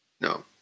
no